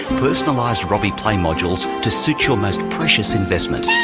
personalised robbie play modules to suit your most precious investment.